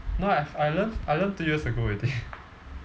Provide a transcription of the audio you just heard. no ah I learn I learn two years ago already